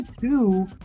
two